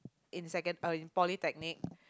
in secon~ uh in polytechnic